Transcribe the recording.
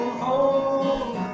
home